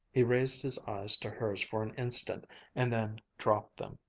he raised his eyes to hers for an instant and then dropped them.